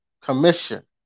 commission